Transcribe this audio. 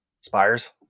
spires